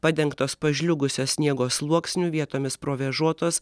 padengtos pažliugusio sniego sluoksniu vietomis provėžotos